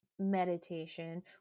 meditation